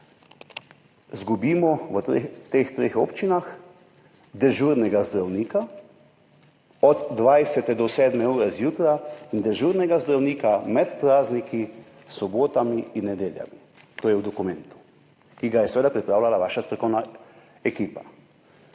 izgubimo v teh treh občinah dežurnega zdravnika od 20. do 7. ure zjutraj in dežurnega zdravnika med prazniki, ob sobotah in nedeljah. To je v dokumentu, ki ga je seveda pripravljala vaša strokovna ekipa.